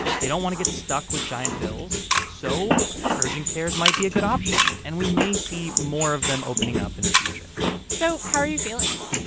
they don't want to get stuck with giant bills, so urgent cares might be a good option. and we may see more of them opening up in the future so how are you feeling?